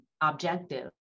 objective